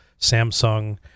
Samsung